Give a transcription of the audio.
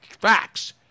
facts